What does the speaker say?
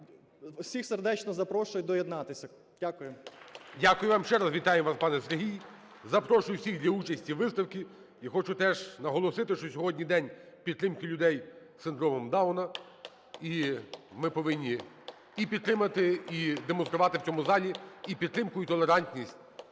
Всіх сердечно запрошую доєднатися. Дякую. ГОЛОВУЮЧИЙ. Дякую вам. Ще раз вітаю вас, пане Сергій. Запрошую всіх до участі у виставці. І хочу теж наголосити, що сьогодні День підтримки людей із синдромом Дауна. І ми повинні підтримати, і демонструвати в цьому залі і підтримку, і толерантність